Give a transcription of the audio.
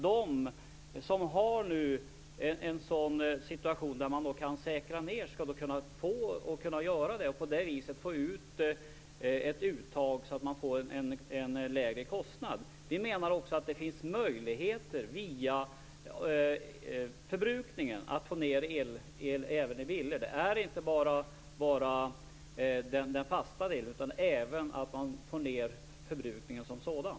De som har en sådan situation skall kunna säkra ned och på det viset få ett uttag som ger lägre kostnad. Vi menar också att det finns möjligheter via förbrukningen att få ned elkostnaden även i villor. Det gäller inte bara den fasta delen utan även att få ned förbrukningen som sådan.